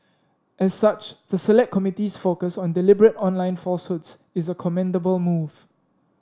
as such the select committee's focus on deliberate online falsehoods is a commendable move